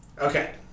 Okay